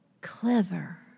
clever